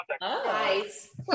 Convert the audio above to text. Nice